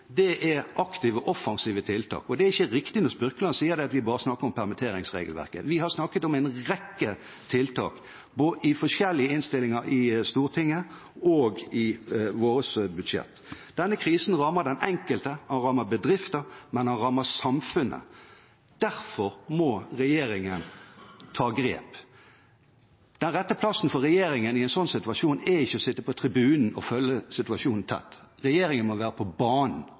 er aktive og offensive tiltak. Det er ikke riktig, som Spurkeland sier, at vi bare snakker om permitteringsregelverk. Vi har snakket om en rekke tiltak både i forskjellige innstillinger, i Stortinget og i vårt budsjett. Denne krisen rammer den enkelte, den rammer bedrifter, og den rammer samfunnet. Derfor må regjeringen ta grep. Den rette plassen for regjeringen i en sånn situasjon er ikke å sitte på tribunen og følge situasjonen tett. Regjeringen må være på banen